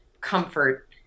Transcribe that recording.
comfort